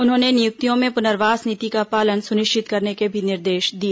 उन्होंने नियुक्तियों में पुनर्वास नीति का पालन सुनिश्चित करने के भी निर्देश दिए